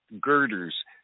girders